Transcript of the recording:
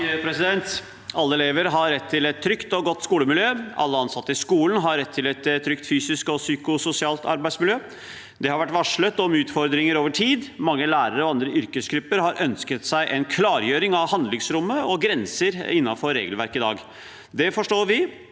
Alle elever har rett til et trygt og godt skolemiljø. Alle ansatte i skolen har rett til et trygt fysisk og psykososialt arbeidsmiljø. Det har vært varslet om utfordringer over tid. Mange lærere og andre yrkesgrupper har ønsket seg en klargjøring av handlingsrommet og grenser innenfor regelverket i dag. Det forstår vi.